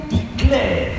declare